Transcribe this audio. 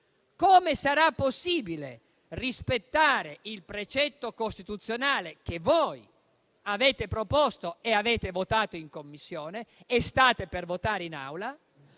come sarà possibile rispettare il precetto costituzionale che voi avete proposto e votato in Commissione e che state per votare in Aula,